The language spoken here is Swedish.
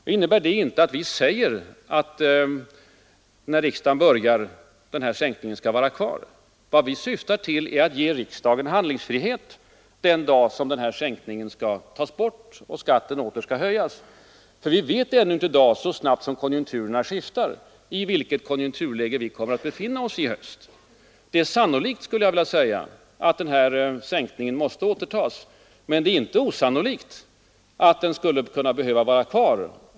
Det innebär inte att vi säger att sänkningen skall finnas kvar när riksdagen börjar. Vad vi syftar till är att ge riksdagen handlingsfrihet den dag sänkningen skall tas bort och skatten åter höjas. Så snabbt som konjunkturerna skiftar vet vi ännu inte i vilket konjunkturläge vi kommer att befinna oss i höst. Det är sannolikt, skulle jag vilja säga, att sänkningen måste återtas, men det är inte osannolikt att den skulle kunna behöva finnas kvar.